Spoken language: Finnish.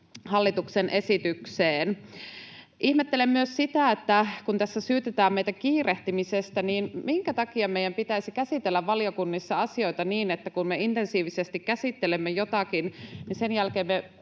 hallituksen esitykseen. Ihmettelen myös sitä, että kun tässä syytetään meitä kiirehtimisestä, niin minkä takia meidän pitäisi käsitellä valiokunnissa asioita niin, että kun me intensiivisesti käsittelemme jotakin, niin sen jälkeen me